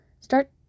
Start